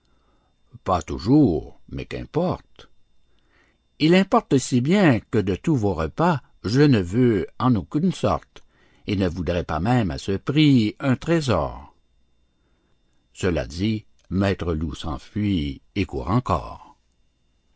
pas toujours mais qu'importe il importe si bien que de tous vos repas je ne veux en aucune sorte et ne voudrais pas même à ce prix d'un trésor cela dit maître loup s'enfuit et court encor